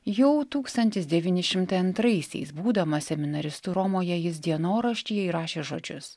jau tūkstantis devyni šimtai antraisiais būdamas seminaristu romoje jis dienoraštyje įrašė žodžius